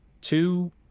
two